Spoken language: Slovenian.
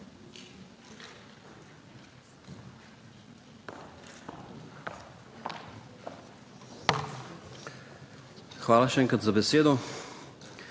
Hvala še enkrat za besedo.